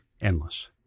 endless